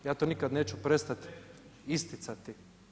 Ja to nikada neću prestati isticati.